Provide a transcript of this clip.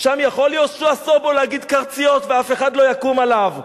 שם יכול יהושע סובול להגיד "קרציות" ואף אחד לא יקום עליו.